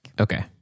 Okay